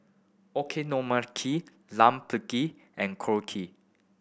Okonomiyaki Lime Pickle and Korokke